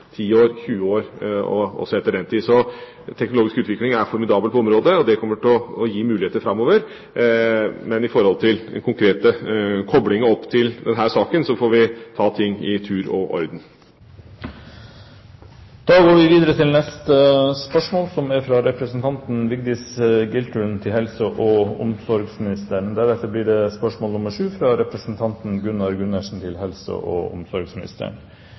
år, 20 år og også etter den tid. Den teknologiske utviklinga er formidabel på området, og det kommer til å gi muligheter framover. Men når det gjelder den konkrete koblinga opp til denne saken, får vi ta ting i tur og orden. Da går Stortinget tilbake til spørsmål 6. «Helsepersonell har en ansvarsfull oppgave der det er nødvendig å være skjerpet, bevisst og edruelig til enhver tid slik at pasientenes interesser, helse og